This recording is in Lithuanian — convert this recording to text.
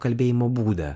kalbėjimo būdą